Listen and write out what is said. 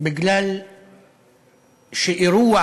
מפני שאירוע